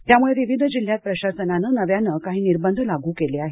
त्यामुळे विविध जिल्ह्यांत प्रशासनानं नव्याने काही निर्बंध लागू केले आहेत